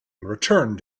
returned